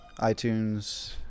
itunes